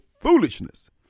foolishness